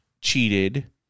cheated